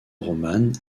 romane